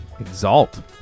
exalt